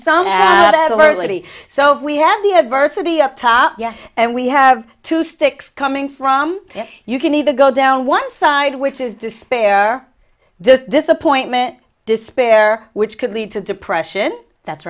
early so we have the adversity up top yeah and we have two sticks coming from you can either go down one side which is despair this disappointment despair which could lead to depression that's